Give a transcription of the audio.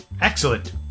Excellent